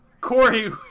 Corey